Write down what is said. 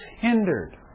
hindered